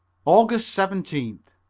aug. seventeenth.